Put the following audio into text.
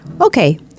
Okay